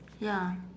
ya